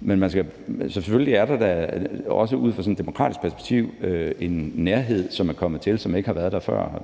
Men selvfølgelig er der da også ud fra sådan en demokratisk perspektiv en nærhed, som er kommet til, og som ikke har været der før.